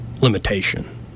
limitation